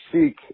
seek